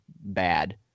bad